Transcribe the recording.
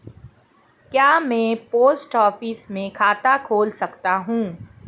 क्या मैं post office में खाता खोल सकता हूँ?